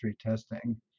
testing